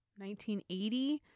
1980